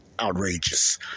outrageous